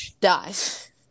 dies